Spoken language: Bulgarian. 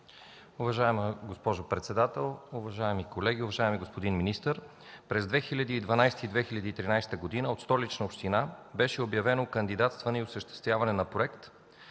Уважаема госпожо председател, уважаеми колеги, уважаеми господин министър! През 2012 г. и 2013 г. от Столичната община беше обявено кандидатстване и осъществяване на Проект